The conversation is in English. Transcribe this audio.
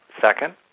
Second